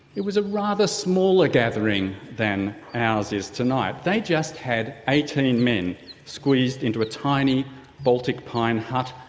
it was a rather smaller gathering than ours is tonight. they just had eighteen men squeezed into a tiny baltic pine hut,